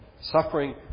suffering